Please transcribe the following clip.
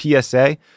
PSA